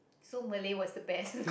so Malay was the best